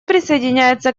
присоединяется